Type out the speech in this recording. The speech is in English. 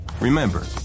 Remember